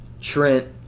Trent